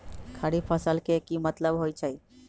खरीफ फसल के की मतलब होइ छइ?